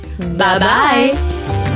Bye-bye